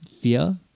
fear